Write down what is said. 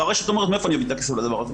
והרשת אומרת מאיפה אני אביא את הכסף לדבר הזה?